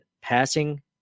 passing